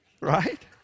right